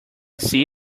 see